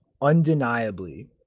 undeniably